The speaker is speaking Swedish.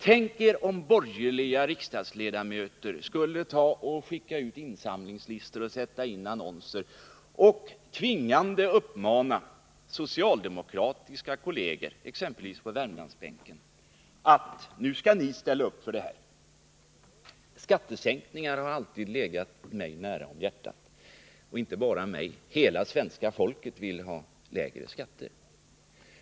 Tänk er om borgerliga riksdagsledamöter skulle ta och skicka ut insamlingslistor och sätta in annonser och tvingande uppmana socialdemokratiska kolleger, exempelvis på Värmlandsbänken, att ställa upp för detta. Skattesänkningar har alltid legat mig nära om hjärtat. Det gäller inte bara mig, utan hela svenska folket vill ha lägre skatter.